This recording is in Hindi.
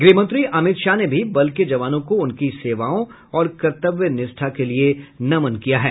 गृहमंत्री अमित शाह ने भी बल के जवानों को उनकी सेवाओं और कर्तव्य निष्ठा के लिए नमन किया है